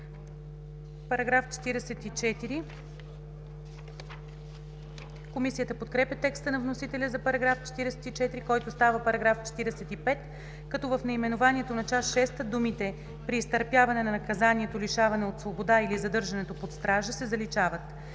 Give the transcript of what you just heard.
отхвърлен. Комисията подкрепя текста на вносителя за § 44, който става § 45, като в наименованието на Част шеста думите „при изтърпяване на наказанието лишаване от свобода или задържането под стража“ се заличават.